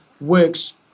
works